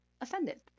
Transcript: offended